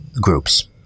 groups